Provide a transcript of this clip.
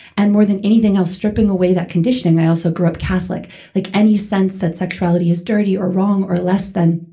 and more than anything else, stripping away that conditioning. i also grew up catholic like any sense that sexuality is dirty or wrong or less than.